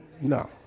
No